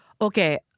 Okay